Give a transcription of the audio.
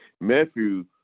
Matthew